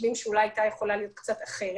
חושבים שאולי היא הייתה יכולה להיות קצת אחרת,